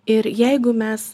ir jeigu mes